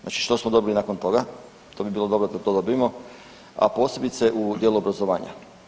Znači što smo dobili nakon toga, to bi bilo dobro da to dobimo, a posebice u dijelu obrazovanja.